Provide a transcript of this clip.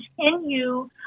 Continue